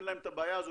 אין להם את הבעיה הזו,